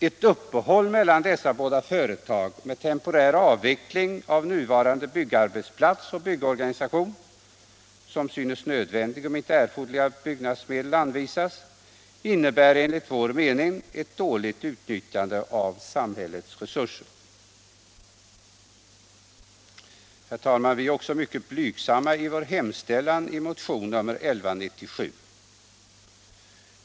Ett uppehåll mellan dessa båda företag med temporär avveckling av nuvarande byggarbetsplats och byggorganisation, vilket synes nödvändigt om inte erforderliga byggnadsmedel anvisas, innebär enligt vår mening ett dåligt utnyttjande av samhällets resurser. Herr talman! Vi är mycket blygsamma i vår hemställan i motionen 1197.